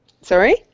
sorry